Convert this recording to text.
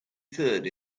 third